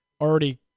already